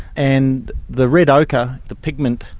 and the red ochre, the pigment,